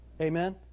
Amen